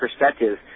perspective